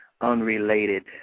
unrelated